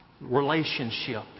relationship